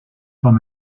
van